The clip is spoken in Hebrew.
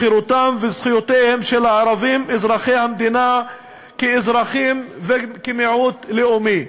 על חירותם ועל זכויותיהם של הערבים אזרחי המדינה כאזרחים וכמיעוט לאומי.